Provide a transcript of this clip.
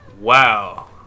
Wow